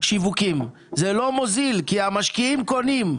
שיווקים זה לא מוזיל כי המשקיעים קונים,